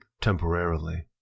temporarily